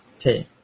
Okay